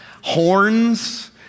Horns